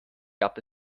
gab